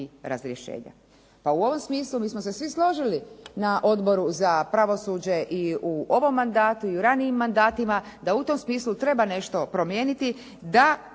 i razrješenja. Pa u ovom smislu mi smo se svi složili na Odboru za pravosuđe i u ovom mandatu i u ranijim mandatima, da u tom smislu treba nešto promijeniti, da